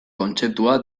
kontzeptua